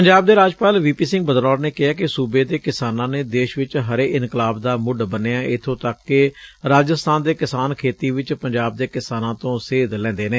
ਪੰਜਾਬ ਦੇ ਰਾਜਪਾਲ V P Singh Badnore ਨੇ ਕਿਹਾ ਕਿ ਸੁਬੇ ਦੇ ਕਿਸਾਨਾਂ ਨੇ ਦੇਸ਼ ਵਿਚ ਹਰੇ ਇਨਕਲਾਬ ਦਾ ਮੁਢ ਬੰਨਿਐ ਇਥੋਂ ਤੱਕ ਕਿ ਰਾਜਸਥਾਨ ਦੇ ਕਿਸਾਨ ਖੇਤੀ ਚ ਪੰਜਾਬ ਦੇ ਕਿਸਾਨਾਂ ਤੋਂ ਸੇਧ ਲੈਂਦੇ ਨੇ